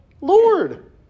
Lord